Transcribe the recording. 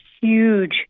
huge